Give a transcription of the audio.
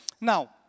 Now